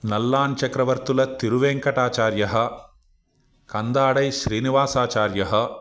नल्लाञ्चक्रवर्तुलतिरुवेङ्कटाचार्यः Kandadai श्रीनिवासाचार्यः